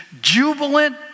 jubilant